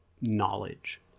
knowledge